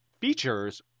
features